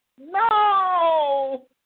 No